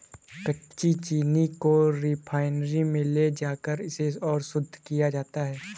कच्ची चीनी को रिफाइनरी में ले जाकर इसे और शुद्ध किया जाता है